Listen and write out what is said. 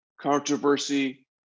controversy